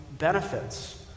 Benefits